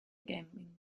gaming